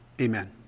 amen